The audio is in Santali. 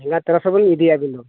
ᱛᱮᱨᱚᱥᱚ ᱵᱤᱱ ᱤᱫᱤᱭᱟ ᱟᱹᱵᱤᱱ ᱫᱚ